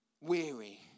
weary